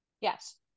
Yes